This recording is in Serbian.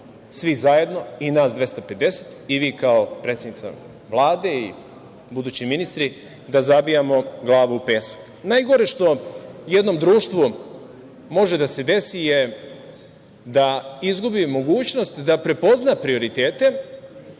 svi zajedno, i nas 250 i vi kao predsednica Vlade i budući ministri, da zabijamo glavu u pesak. Najgore što jednom društvu može da se desi je da izgubi mogućnost da prepozna prioritete